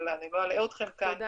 אבל אני לא אלאה אתכם כאן.